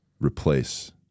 replace